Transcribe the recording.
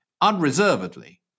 unreservedly